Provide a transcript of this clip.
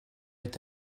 est